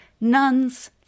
Nuns